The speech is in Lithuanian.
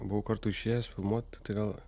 buvau kartu išėjęs filmuot tai gal